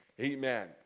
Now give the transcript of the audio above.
Amen